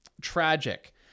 tragic